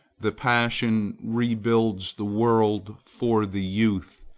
the passion rebuilds the world for the youth.